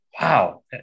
wow